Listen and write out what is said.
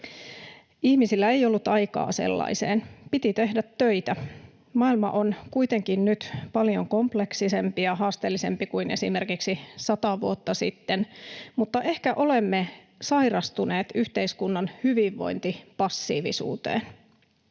Ihmisillä ei ollut aikaa sellaiseen. Piti tehdä töitä. Maailma on kuitenkin nyt paljon kompleksisempi ja haasteellisempi kuin esimerkiksi sata vuotta sitten, mutta ehkä olemme sairastuneet yhteiskunnan hyvinvointipassiivisuuteen.